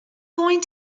going